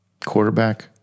Quarterback